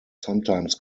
sometimes